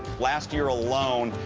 last year alone,